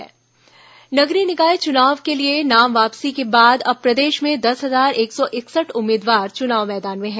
निकाय चुनाव नाम वापसी नगरीय निकाय चुनाव के लिए नाम वापसी के बाद अब प्रदेश में दस हजार एक सौ इकसठ उम्मीदवार चुनाव मैदान में हैं